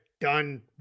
done